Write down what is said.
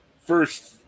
first